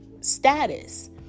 status